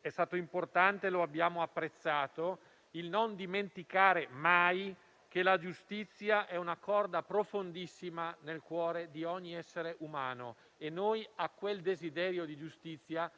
è stato importante, lo abbiamo apprezzato, per non dimenticare mai che la giustizia è una corda profondissima nel cuore di ogni essere umano, e noi a quel desiderio di giustizia